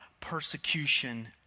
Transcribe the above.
persecution